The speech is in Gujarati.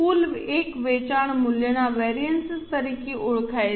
કુલ એક વેચાણ મૂલ્યના વેરિઅન્સ તરીકે ઓળખાય છે